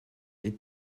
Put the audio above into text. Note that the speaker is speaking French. est